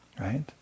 right